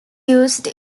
used